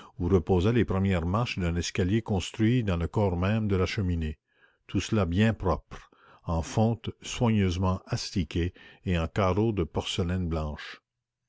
où reposaient les premières marches d'un escalier construit dans le corps même de la cheminée tout cela bien propre en fonte soigneusement astiquée et en carreaux de porcelaine blanche